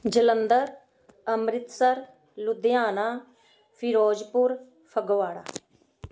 Jalandhar Amritsar Ludhiana Firozpur Phagwara